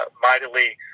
mightily